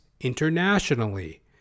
internationally